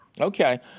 Okay